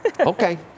Okay